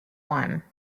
one